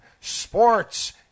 sports